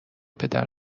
پدر